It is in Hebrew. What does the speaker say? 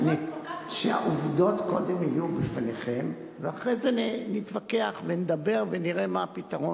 שהעובדות יהיו קודם בפניכם ואחרי זה נתווכח ונדבר ונראה מה הפתרון.